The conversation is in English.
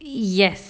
yes